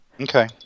Okay